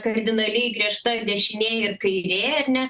kardinaliai griežta ir dešinė ir kairė ar ne